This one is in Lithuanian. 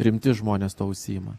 rimti žmonės tuo užsiima